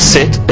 Sit